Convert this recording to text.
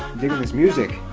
diggin' this music.